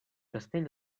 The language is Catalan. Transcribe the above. castell